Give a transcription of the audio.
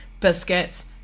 biscuits